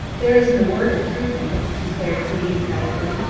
there isn't a word of truth in it, declared kitty emphatically.